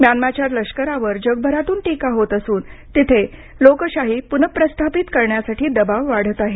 म्यानमारच्या लष्करावर जगभरातून टीका होत असून तिथे लोकशाही प्रस्थापित करण्यासाठी दबाव वाढत आहे